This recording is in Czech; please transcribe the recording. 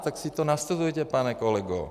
Tak si to nastudujte, pane kolego.